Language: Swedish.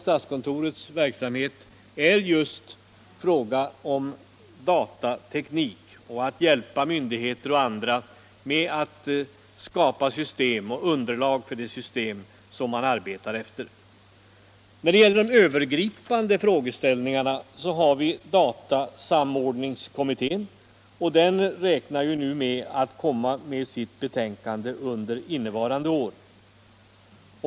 Statskontorets verksamhet går just ut på att behandla frågor om datateknik och att hjälpa myndigheter och andra på detta område. När det gäller de övergripande frågeställningarna har vi vidare datasamordningskommittén. Den räknar med att kunna komma med sitt betänkande under innevarande år.